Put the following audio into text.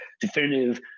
definitive